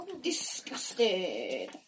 disgusted